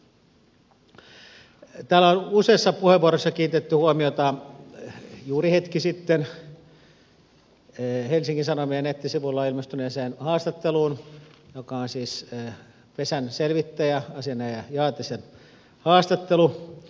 täällä on useassa puheenvuorossa kiinnitetty huomiota juuri hetki sitten helsingin sanomien nettisivuilla ilmestyneeseen haastatteluun joka on siis pesänselvittäjä asianajaja jaatisen haastattelu